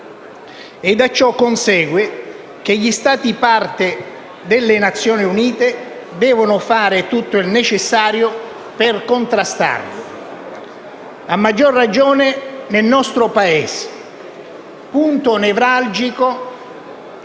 e da ciò consegue che gli Stati parte delle Nazioni Unite devono fare tutto il necessario per contrastarlo. A maggior ragione nel nostro Paese, punto nevralgico